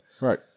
Right